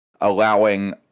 allowing